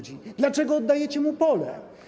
Dlaczego oddajecie mu pole?